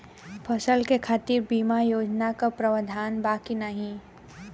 फसल के खातीर बिमा योजना क भी प्रवाधान बा की नाही?